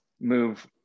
move